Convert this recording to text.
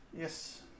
Yes